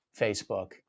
Facebook